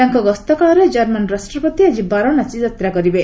ତାଙ୍କର ଗସ୍ତକାଳରେ କର୍ମାନ ରାଷ୍ଟ୍ରପତି ଆକି ବାରଣାସୀ ଯାତ୍ରା କରିବେ